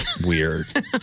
weird